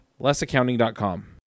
lessaccounting.com